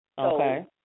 Okay